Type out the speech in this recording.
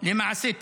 למעשי טרור.